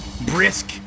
brisk